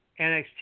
NXT